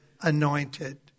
anointed